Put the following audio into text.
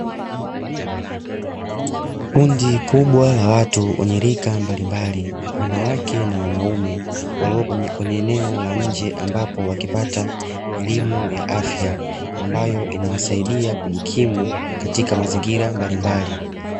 Kundi kubwa la watu wenye rika mbalimbali, wanawake na wanaume walio kwenye eneo la nje ambapo wakipata elimu ya afya ambayo inawasaidia kujikimu katika mazingira mbalimbali.